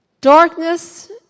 Darkness